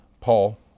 Paul